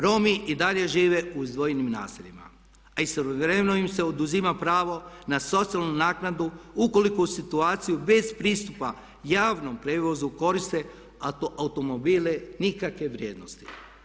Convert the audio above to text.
Romi i dalje žive u izdvojenim naseljima a istovremeno im se oduzima pravo na socijalnu naknadu ukoliko u situaciji bez pristupa javnom prijevozu koriste automobile nikakve vrijednosti.